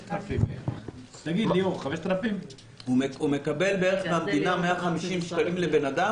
הוא מקבל מהמדינה בערך 150 שקלים לבן אדם